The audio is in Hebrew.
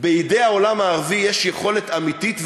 בידי העולם הערבי יש יכולת אמיתית,